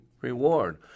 reward